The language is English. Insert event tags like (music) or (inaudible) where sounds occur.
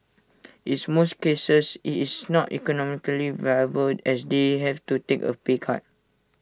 (noise) is most cases IT is not (noise) economically viable as they have to take A pay cut